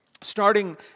starting